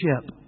ship